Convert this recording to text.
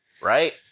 Right